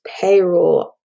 payroll